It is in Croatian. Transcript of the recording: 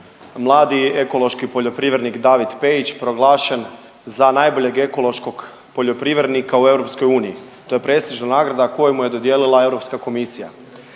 mladi ekološki poljoprivrednik David Pejić proglašen za najboljeg ekološkog poljoprivrednika u EU. To je prestižna nagrada koju mu je dodijelila Europska komisija.